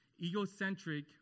egocentric